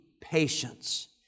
patience